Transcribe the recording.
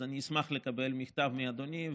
אז אשמח לקבל מכתב מאדוני,